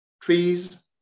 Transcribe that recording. trees